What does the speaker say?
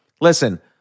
listen